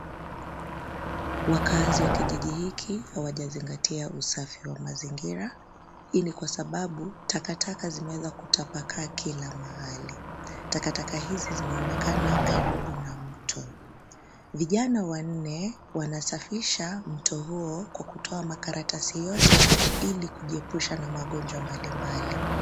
Wakaazi wa kijiji hiki hawajazingatia usafi wa mazingira. Hii ni kwa sababu takataka zimeweza kutapakaa kila mahali. Takataka hizi zinaonekana karibu na mto. Vijana wanne wanasafisha mto huo kwa kutoa makaratasi yote ili kujiepusha na magonjwa mbalimbali.